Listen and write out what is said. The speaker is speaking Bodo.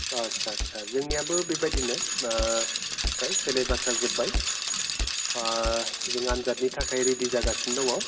आस्सा आस्सा जोंनियाबो बेफोरबायदिनो फ्राय सेलेबासा जोब्बाय जों आनजादनि थाखाय रेडि जागासिनो दङ